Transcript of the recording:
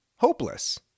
hopeless